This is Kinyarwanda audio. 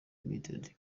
ltd